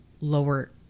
lower